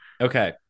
okay